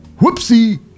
Whoopsie